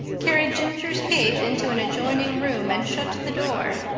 carried ginger's cage into an adjoining room and shut the door.